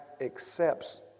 accepts